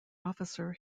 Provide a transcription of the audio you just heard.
officer